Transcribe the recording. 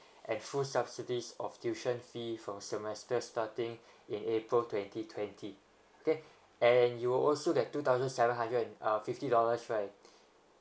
and full subsidies of tuition fee for semester starting in april twenty twenty okay and you'll also get two thousand seven hundred and uh fifty dollars right